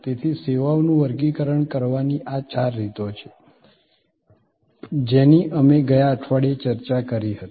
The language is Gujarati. તેથી સેવાઓનું વર્ગીકરણ કરવાની આ ચાર રીતો છે જેની અમે ગયા અઠવાડિયે ચર્ચા કરી હતી